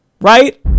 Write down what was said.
Right